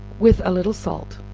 with a little salt